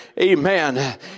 amen